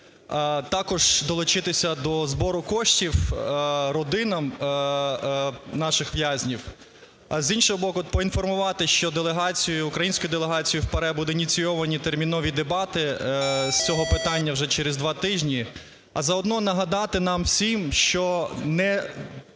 Також долучитися до збору коштів родинам наших в'язнів. А з іншого боку поінформувати, що делегацією, українською делегацією в ПАРЄ будуть ініційовані термінові дебати з цього питання вже через два тижні, а заодно нагадати нам всім, що не